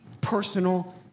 personal